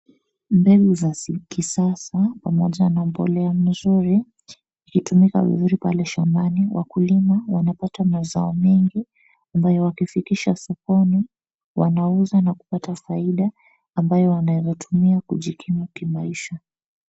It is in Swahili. Mbegu za kisasa pamoja na mbolea mzuri, ikitumika vizuri pale shambani, wakulima wanapata mazao mengi ambayo wakifikisha sokoni wanauza na kupata faida ambayo wanaeza tumia kujikimu kimaisha.